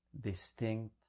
distinct